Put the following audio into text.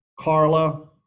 Carla